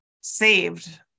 saved